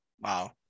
Wow